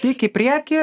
tik į priekį